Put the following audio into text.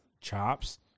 chops